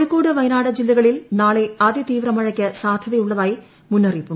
കോഴിക്കോട് വയനാട് ജില്ലകളിൽ നാളെ അതിതീവ്ര മഴയ്ക്ക് സാധ്യതയുള്ളതായാണ് മുന്നറിയിപ്പ്